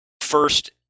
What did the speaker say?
First